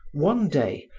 one day,